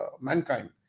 mankind